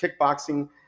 kickboxing